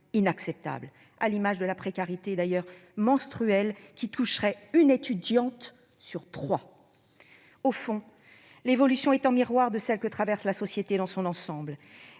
inacceptable, à l'image de la précarité menstruelle, qui toucherait une étudiante sur trois ! Au fond, l'évolution est en miroir de celle que traverse la société dans son ensemble.